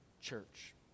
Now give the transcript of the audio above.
church